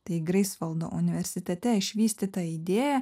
tai greifsvaldo universitete išvystyta idėja